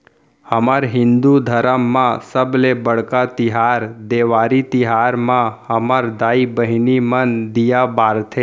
हमर हिंदू धरम म सबले बड़का तिहार देवारी तिहार म हमर दाई बहिनी मन दीया बारथे